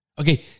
okay